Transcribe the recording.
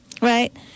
right